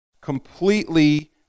completely